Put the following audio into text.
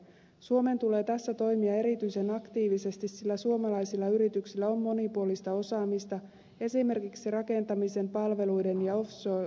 suomen tulee tässä toimia erityisen aktiivisesti sillä suomalaisilla yrityksillä on monipuolista osaamista esimerkiksi rakentamisen palveluiden ja offshore teknologian alueilla